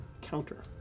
counter